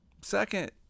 Second